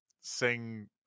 sing